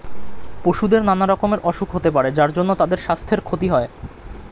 পশুদের নানা রকমের অসুখ হতে পারে যার জন্যে তাদের সাস্থের ক্ষতি হয়